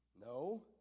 No